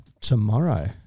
tomorrow